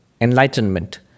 enlightenment